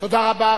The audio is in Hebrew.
תודה רבה.